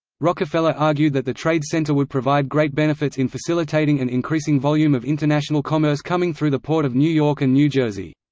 rockefeller argued that the trade center would provide great benefits in facilitating and increasing volume of international commerce coming through the port of new york and new jersey.